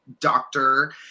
doctor